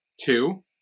Two